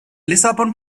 lissabon